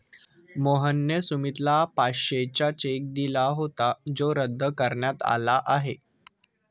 मोहनने सुमितला पाचशेचा चेक दिला होता जो रद्द करण्यात आला आहे